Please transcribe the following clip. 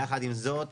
יחד עם זאת,